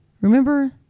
Remember